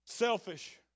Selfish